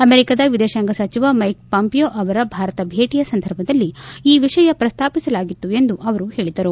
ಅಮೆರಿಕದ ವಿದೇಶಾಂಗ ಸಚಿವ ಮ್ಲೆಕ್ ಪಾಂಪಿಯೊ ಅವರ ಭಾರತ ಭೇಟಿಯ ಸಂದರ್ಭದಲ್ಲಿ ಈ ವಿಷಯ ಪ್ರಸ್ತಾಪಿಸಲಾಗಿತ್ತು ಎಂದು ಅವರು ಹೇಳಿದರು